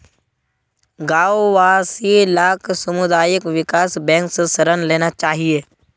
गांव वासि लाक सामुदायिक विकास बैंक स ऋण लेना चाहिए